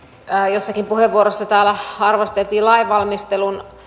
jossakin puheenvuorossa täällä arvosteltiin lainvalmistelun